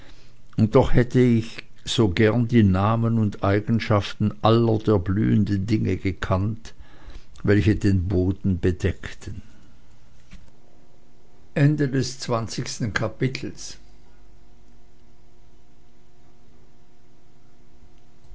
und doch hätte ich so gern die namen und eigenschaften aller der blühenden dinge gekannt welche den boden bedecken